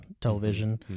television